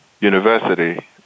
University